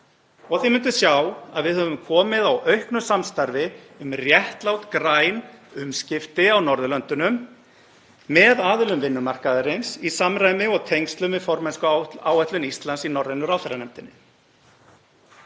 og þið mynduð sjá að við höfum komið á auknu samstarfi um réttlát græn umskipti á Norðurlöndunum með aðilum vinnumarkaðarins, í samræmi og í tengslum við formennskuáætlun Íslands í norrænu ráðherranefndinni.